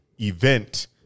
event